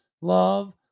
love